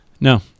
No